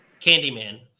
Candyman